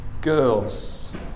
girls